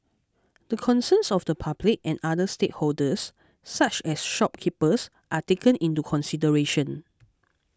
the concerns of the public and other stakeholders such as shopkeepers are taken into consideration